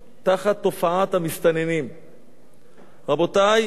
רבותי, זה אסון שרובץ לפתחה של מדינת ישראל.